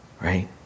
right